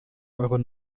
eure